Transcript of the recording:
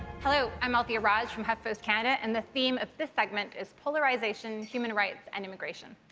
hello. i'm althia raj from huff post and and the theme of this segment is polarization, human rights and immigration.